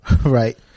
Right